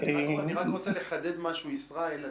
--- אני רק רוצה לחדד משהו, ישראל.